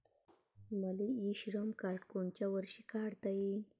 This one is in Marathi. मले इ श्रम कार्ड कोनच्या वर्षी काढता येईन?